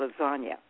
lasagna